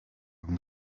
and